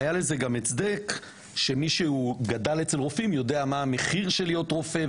היה לזה הצדק שמי שהוא גדל אצל רופאים יודע מה המחיר של להיות רופא,